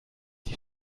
die